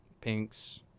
pinks